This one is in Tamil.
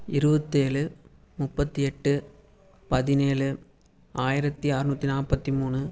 இருபத்தேழு முப்பத்தியெட்டு பதினேழு ஆயிரத்தி அறநூற்றி நாற்பத்தி மூணு